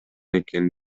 экен